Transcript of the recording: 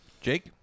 Jake